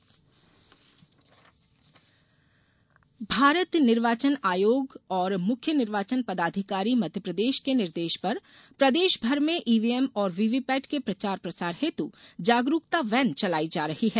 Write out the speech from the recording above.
EVM जागरुकता भारत निर्वाचन आयोग और मुख्य निर्वाचन पदाधिकारी मध्यप्रदेश के निर्देश पर प्रदेश भर में ईवीएम और वीवीपेट के प्रचार प्रसार हेतु जागरुकता वैन चलाई जा रही हैं